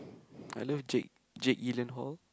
I love Jake Jake-Gyllenhaal